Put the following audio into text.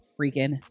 freaking